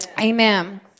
Amen